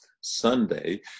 Sunday